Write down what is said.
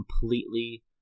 completely